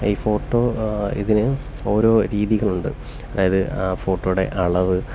ഈ ഫോട്ടോ ഇതിനു ഓരോ രീതികളുണ്ട് അതായത് ഫോട്ടോയുടെ അളവ്